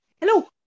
Hello